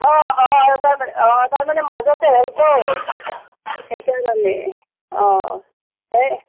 অঁ অঁ তাৰ মানে অঁ তাৰ মানে মাজতে হেৰি হ'ল সেইকাৰণে অঁ এই